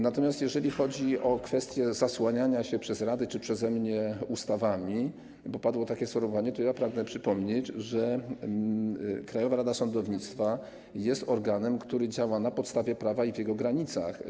Natomiast jeżeli chodzi o kwestię zasłaniania się przez radę czy przeze mnie ustawami - bo padło takie sformułowanie - to pragnę przypomnieć, że Krajowa Rada Sądownictwa jest organem, który działa na podstawie prawa i w jego granicach.